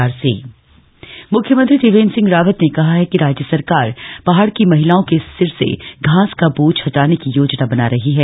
दर्मी घाटी मुख्यमंत्री त्रिवेंद्र सिंह रावत ने कहा है कि राज्य सरकार पहाड़ की महिलाओं के सिर से घास का बोझ हटाने की योजना बना रही है